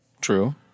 True